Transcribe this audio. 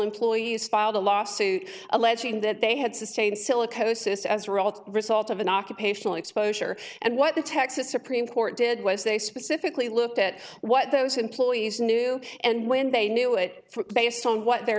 employees filed a lawsuit alleging that they had sustained silicosis as a result result of an occupational exposure and what the texas supreme court did was they specifically looked at what those employees knew and when they knew it based on what their